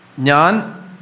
Nyan